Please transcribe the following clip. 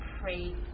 pray